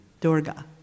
Durga